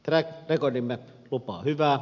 track recordimme lupaa hyvää